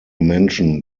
mention